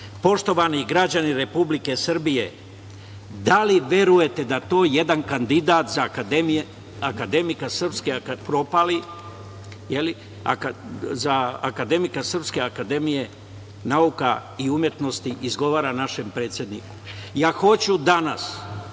citat. Poštovani građani Republike Srbije, da li verujete da to jedan kandidat za akademika, propali, za akademika Srpske akademije nauka i umetnosti izgovora našem predsedniku? Ja hoću danas,